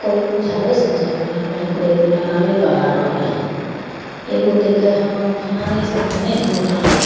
कोइ बुझाबै समझाबैवला रहै हइ कोइ एगो लड़ाबैवला रहै हइ एगो देखै हँ फल्लाँ आदमी से भने हो रहले हन